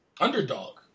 Underdog